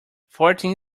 fourteen